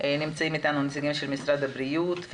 נמצאים איתנו נציגים של משרד הבריאות.